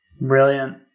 Brilliant